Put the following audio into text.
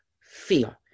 feel